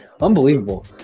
Unbelievable